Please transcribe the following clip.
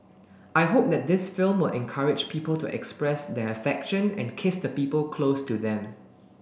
I hope that this film will encourage people to express their affection and kiss the people close to them